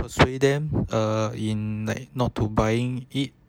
persuade them uh in like not to buying it